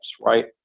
right